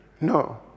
No